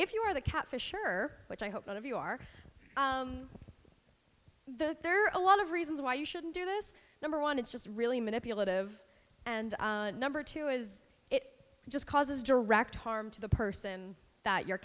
if you were the catfish sure which i hope none of you are the there are a lot of reasons why you shouldn't do this number one it's just really manipulative and number two is it just causes direct harm to the person that you